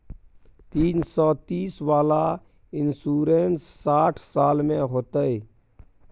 तीन सौ तीस वाला इन्सुरेंस साठ साल में होतै?